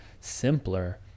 simpler